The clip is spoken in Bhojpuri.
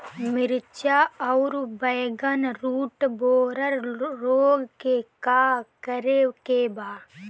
मिर्च आउर बैगन रुटबोरर रोग में का करे के बा?